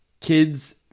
kids